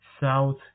south